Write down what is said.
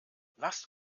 lasst